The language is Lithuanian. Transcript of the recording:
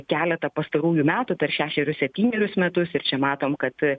keletą pastarųjų metų per šešerius septynerius metus ir čia matom kad